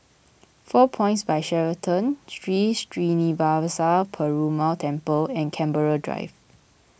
four Points By Sheraton Sri Srinivasa Perumal Temple and Canberra Drive